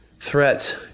Threats